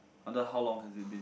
under how long has it been